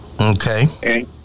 Okay